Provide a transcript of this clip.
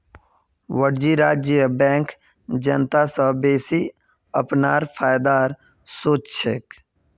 वाणिज्यिक बैंक जनता स बेसि अपनार फायदार सोच छेक